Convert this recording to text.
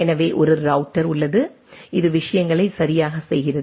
எனவே ஒரு ரௌட்டர் உள்ளது இது விஷயங்களை சரியாகச் செய்கிறது